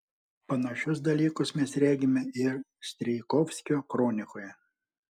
panašius dalykus mes regime ir strijkovskio kronikoje